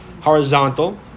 horizontal